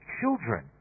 children